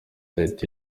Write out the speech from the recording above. website